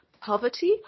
poverty